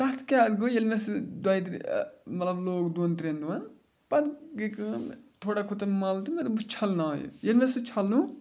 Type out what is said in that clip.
تَتھ کیاہ گوٚو ییٚلہِ مےٚ سُہ دۄیہِ ترٛےٚ مطلب لوگ دۄن ترٛٮ۪ن دۄہَن پَتہٕ گٔے کٲم تھوڑا کھۄت تَتھ مَل تہٕ مےٚ دوٚپ بہٕ چھلناوان یہِ ییٚلہِ مےٚ سُہ چھَلنُو